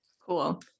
Cool